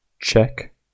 check